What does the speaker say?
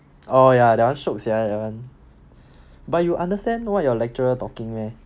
oh ya that [one] shiok sia that [one] but you understand what your lecturer talking meh